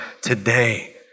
today